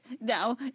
now